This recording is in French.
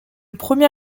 premier